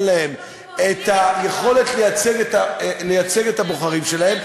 להם את היכולת לייצג את הבוחרים שלהם,